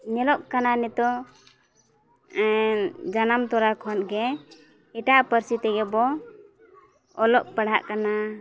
ᱧᱮᱞᱚᱜ ᱠᱟᱱᱟ ᱱᱤᱛᱚᱜ ᱡᱟᱱᱟᱢ ᱛᱚᱨᱟ ᱠᱷᱚᱱ ᱜᱮ ᱮᱴᱟᱜ ᱯᱟᱹᱨᱥᱤ ᱛᱮᱜᱮ ᱵᱚᱱ ᱚᱞᱚᱜ ᱯᱟᱲᱦᱟᱜ ᱠᱟᱱᱟ